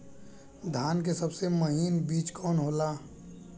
धान के सबसे महीन बिज कवन होला?